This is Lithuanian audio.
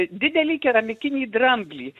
didelį keramikinį dramblį